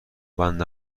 بند